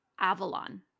Avalon